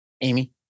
Amy